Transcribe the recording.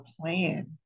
plan